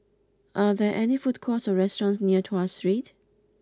are there food courts or restaurants near Tuas Street